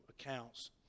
accounts